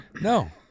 no